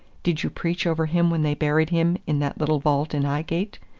did you preach over him when they buried him in that little vault in ighgate?